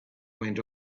went